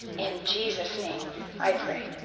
in jesus' name i pray,